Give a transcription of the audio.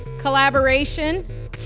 collaboration